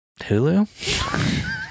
Hulu